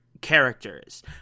characters